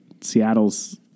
Seattle's